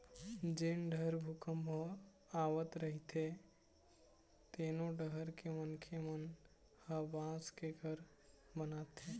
जेन डहर भूपंक ह आवत रहिथे तेनो डहर के मनखे मन ह बांस के घर बनाथे